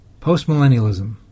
Postmillennialism